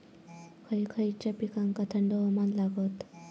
खय खयच्या पिकांका थंड हवामान लागतं?